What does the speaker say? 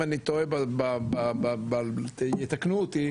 אם אני טועה יתקנו אותי,